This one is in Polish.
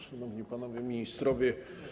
Szanowni Panowie Ministrowie!